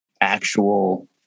actual